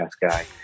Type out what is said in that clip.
guy